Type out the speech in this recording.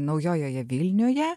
naujojoje vilnioje